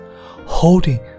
holding